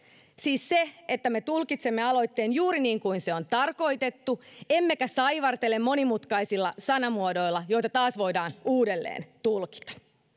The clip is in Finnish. siis se että me tulkitsemme aloitteen juuri niin kuin se on tarkoitettu emmekä saivartele monimutkaisilla sanamuodoilla joita taas voidaan uudelleen tulkita